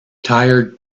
tired